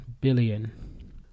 billion